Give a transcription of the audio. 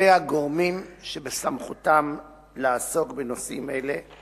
אלה הגורמים שבסמכותם לעסוק בנושאים אלה,